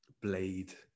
Blade